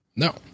No